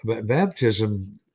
baptism